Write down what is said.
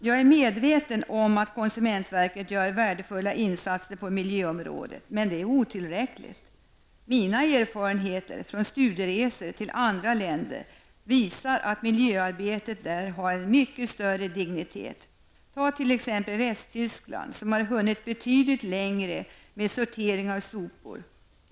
Jag är medveten om att konsumentverket gör värdefulla insatser på miljöområdet men det är otillräckligt. Mina erfarenheter från studieresor till andra länder visar att miljöarbetet där har en mycket större dignitet. Ta t.ex. Västtyskland som har hunnit betydligt längre med stortering av sopor.